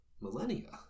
millennia